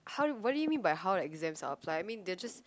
how do what do you mean by how the exams are applied I mean they're just